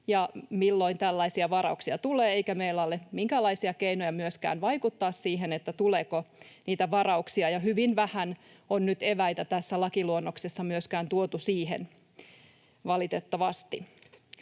ja milloin tällaisia varauksia tulee, eikä meillä ole minkäänlaisia keinoja myöskään vaikuttaa siihen, tuleeko niitä varauksia. Hyvin vähän on nyt eväitä myöskään tässä lakiluonnoksessa tuotu siihen, valitettavasti.